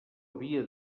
havia